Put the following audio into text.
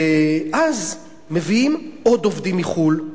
ואז מביאים עוד עובדים מחוץ-לארץ,